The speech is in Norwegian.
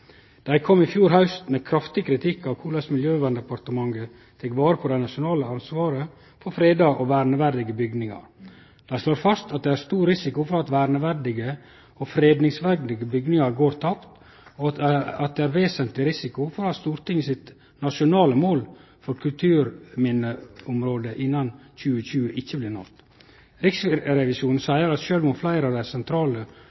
Dei kom i fjor haust med kraftig kritikk av korleis Miljøverndepartementet tek vare på det nasjonale ansvaret for freda og verneverdige bygningar. Dei slår fast at det er stor risiko for at verneverdige og fredingsverdige bygningar går tapt, og at det er ein vesentleg risiko for at Stortinget sitt nasjonale mål for kulturminneområdet innan 2020 ikkje blir nådd. Riksrevisjonen seier at sjølv om fleire av dei sentrale